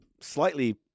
slightly